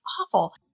awful